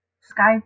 Sky